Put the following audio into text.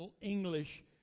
English